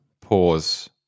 pause